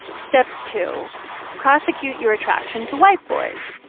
step two prosecute your attraction to white boys.